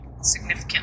significant